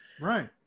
right